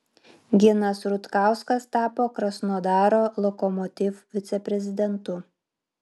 ginas rutkauskas tapo krasnodaro lokomotiv viceprezidentu